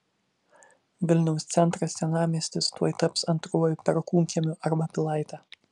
vilniaus centras senamiestis tuoj taps antruoju perkūnkiemiu arba pilaite